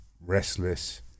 restless